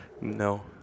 No